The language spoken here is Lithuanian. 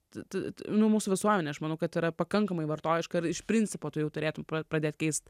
tad nuo mūsų visuomenė aš manau kad yra pakankamai vartojiška ir iš principo tu jau turėtum pradėt keist